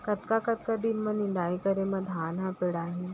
कतका कतका दिन म निदाई करे म धान ह पेड़ाही?